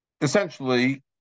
Essentially